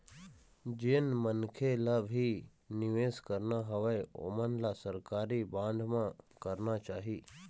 जेन मनखे ल भी निवेस करना हवय ओमन ल सरकारी बांड म करना चाही